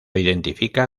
identifica